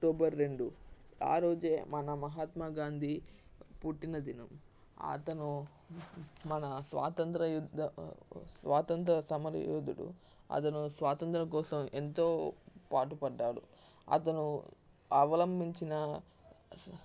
October రెండు ఆరోజే మన మహాత్మా గాంధీ పుట్టిన దినం అతను మన స్వాతంత్ర యుద్ధ స్వాతంత్ర సమరయోధుడు అతను స్వాతంత్రం కోసం ఎంతో పాటు పడ్డాడు అతను అవళంబించిన